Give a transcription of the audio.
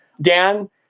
Dan